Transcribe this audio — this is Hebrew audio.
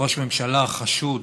ראש ממשלה חשוד,